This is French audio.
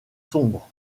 sombres